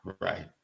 Right